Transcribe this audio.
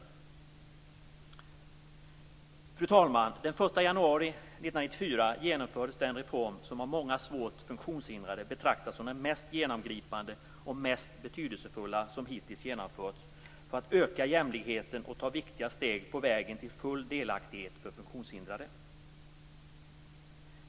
Fru talman! Den 1 januari 1994 genomfördes den reform som av många svårt funktionshindrade betraktas som den mest genomgripande och mest betydelsefulla som hittills genomförts för att öka jämlikheten och ta viktiga steg på vägen till full delaktighet för funktionshindrade.